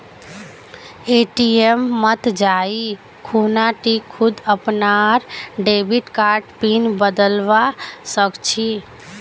ATM मत जाइ खूना टी खुद अपनार डेबिट कार्डर पिन बदलवा सख छि